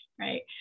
right